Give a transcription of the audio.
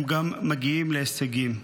הם גם מגיעים להישגים.